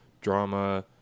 drama